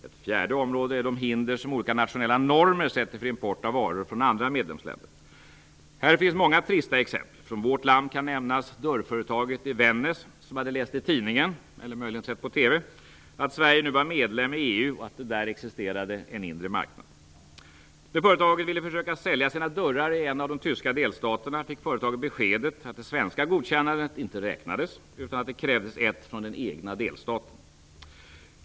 Ett fjärde område är de hinder som olika nationella normer sätter för import av varor från andra medlemsländer. Här finns många trista exempel. Från vårt land kan nämnas dörrföretaget i Vännäs som hade läst i tidningen eller möjligen sett på TV att Sverige nu var medlem i EU och att det där existerade en inre marknad. När företaget ville försöka sälja sina dörrar i en av de tyska delstaterna fick företaget beskedet att det svenska godkännandet inte räknades utan att det krävdes ett från den egna delstaten.